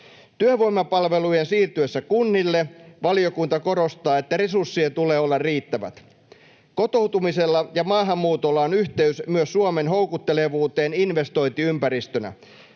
Työvoimapalvelujen siirtyessä kunnille valiokunta korostaa, että resurssien tulee olla riittävät. Kotoutumisella ja maahanmuutolla on yhteys myös Suomen houkuttelevuuteen investointiympäristönä.